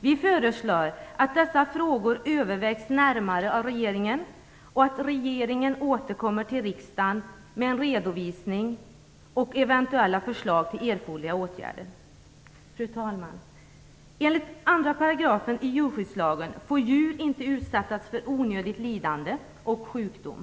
Vi föreslår att dessa frågor övervägs närmare av regeringen och att regeringen återkommer till riksdagen med en redovisning och eventuella förslag till erforderliga åtgärder. Fru talman! Enligt 2 § i djurskyddslagen får djur inte utsättas för onödigt lidande och sjukdom.